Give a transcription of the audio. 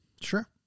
sure